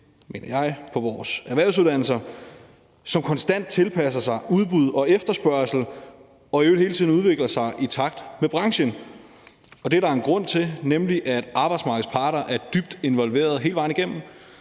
mener jeg, på vores erhvervsuddannelser, som konstant tilpasser sig udbud og efterspørgsel og i øvrigt hele tiden udvikler sig i takt med branchen. Det er der en grund til, nemlig at arbejdsmarkedets parter er dybt involverede hele vejen igennem.